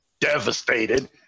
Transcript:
devastated